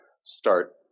start